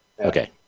Okay